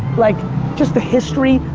like just the history,